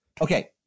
Okay